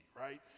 right